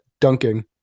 dunking